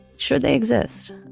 should they exist